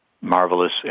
marvelous